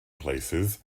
places